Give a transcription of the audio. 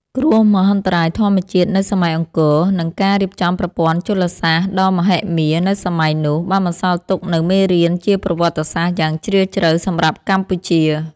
គ្រោះមហន្តរាយធម្មជាតិនៅសម័យអង្គរ និងការរៀបចំប្រព័ន្ធជលសាស្ត្រដ៏មហិមានៅសម័យនោះ បានបន្សល់ទុកនូវមេរៀនជាប្រវត្តិសាស្ត្រយ៉ាងជ្រាលជ្រៅសម្រាប់កម្ពុជា។